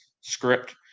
script